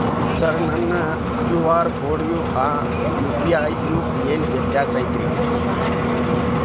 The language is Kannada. ಸರ್ ನನ್ನ ಕ್ಯೂ.ಆರ್ ಕೊಡಿಗೂ ಆ ಯು.ಪಿ.ಐ ಗೂ ಏನ್ ವ್ಯತ್ಯಾಸ ಐತ್ರಿ?